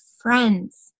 friends